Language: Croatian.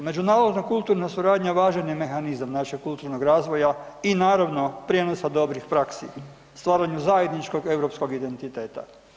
Međunarodna kulturna suradnja važan je mehanizam našeg kulturnog razvoja i naravno, prijenosa dobrih praksi, stvaranju zajedničkog europskog identiteta.